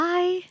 Bye